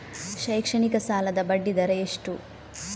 ಶೈಕ್ಷಣಿಕ ಸಾಲದ ಬಡ್ಡಿ ದರ ಎಷ್ಟು?